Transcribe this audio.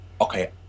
okay